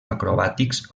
acrobàtics